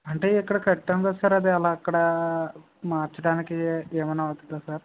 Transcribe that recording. అంటే ఇక్కడ కట్టాం కదా సార్ అది అలా అక్కడ మార్చడానికి ఏమైనా అవుతుందా సార్